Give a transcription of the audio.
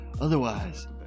Otherwise